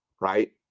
right